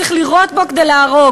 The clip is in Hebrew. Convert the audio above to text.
צריך לירות בו כדי להרוג.